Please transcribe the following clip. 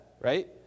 right